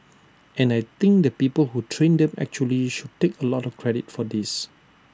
and I think the people who trained them actually should take A lot of credit for this